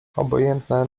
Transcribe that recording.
obojętne